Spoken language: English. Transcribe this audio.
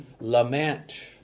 lament